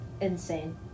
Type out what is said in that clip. insane